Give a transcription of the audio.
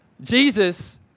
Jesus